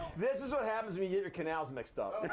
this is what happens when you get your canals mixed up.